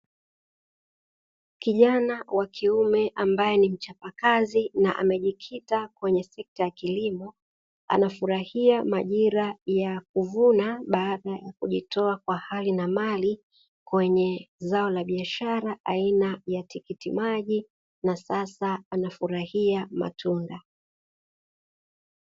Kijana wa kiume ambaye ni mchapakazi na amejikita kwenye sekta ya kilimo, anafurahia majira ya kuvuna baada ya kujitoa kwa hali na mali kwenye zao la biashara aina ya tikitimaji na sasa anafurahia matunda.